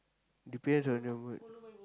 depends on your mood